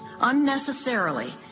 unnecessarily